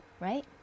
right